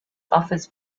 offers